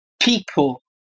people